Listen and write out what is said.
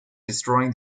destroying